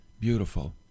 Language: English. beautiful